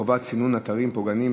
חובת סינון אתרים פוגעניים),